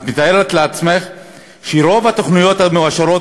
את מתארת לעצמך שרוב התוכניות המאושרות